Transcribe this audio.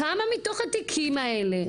כמה מתוך התיקים האלה,